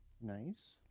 Nice